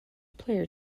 player